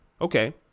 okay